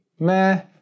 meh